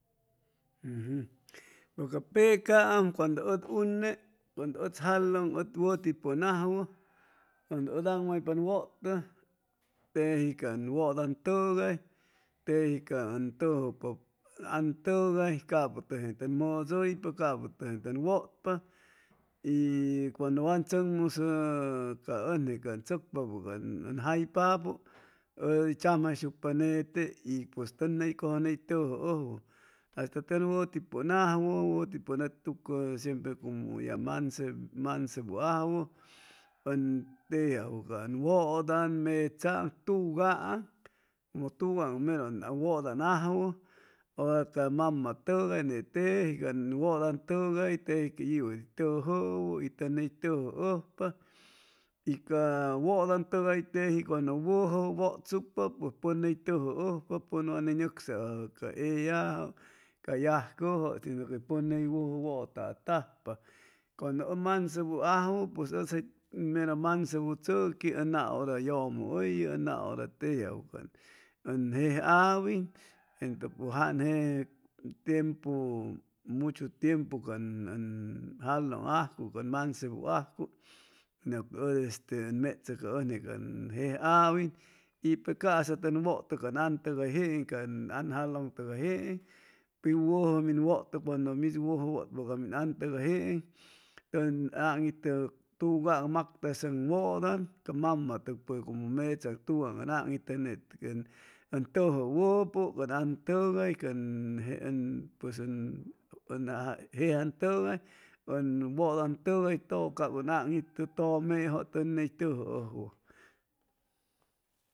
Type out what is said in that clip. Pus ca pecaam cuando uts une cuando uts jalun wuti pun ajwu cuando un anmaypanwutu teji can wudan tugay teji ca un tujupapu un tugay capu tugay tuwan muduypa capu tugay tuwan wutpa y cuando wan tsucmusu ca unje ca tsycpapu ca jaypapu u di chamjaysucpa nete y pues tun ney tuju ajuwu as tun wuti pun ajuwu wuti pun net tuccu siempre como ya mansedu ajuwu un teji ajuwu can wudan metsaan tugaan como tugaan meru un mudan ajuwu ura ca mama tugay ney teji wudan tugay teji iwu uy tujuwu itu ney teji wudan tugay teji que iwu uy tujuwu itu ney tujuujpa y ca wudun tugay teji cuando wuju wutsucpa pues ney is tujuujpu pun ney wan nicsaju ca ellaju ca yujcuju sino que pun ney wuju atajpa cuando u mansebu ajuwu pues.